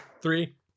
Three